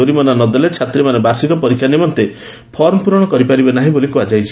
କୋରିମାନା ନଦେଲେ ଛାତ୍ରୀମାନେ ବାର୍ଷିକ ପରୀକ୍ଷା ନିମନ୍ତେ ଫର୍ମ ପୂରଣ କରି ପାରିବେ ନାହିଁ ବୋଲି କୁହାଯାଇଛି